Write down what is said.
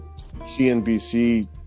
CNBC